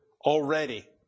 already